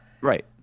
Right